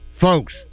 Folks